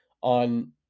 on